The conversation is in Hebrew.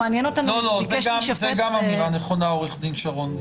זאת גם אמירה נכונה, עורך דין שרון.